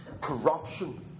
corruption